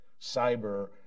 cyber